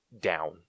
down